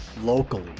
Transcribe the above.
locally